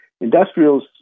industrials